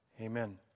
Amen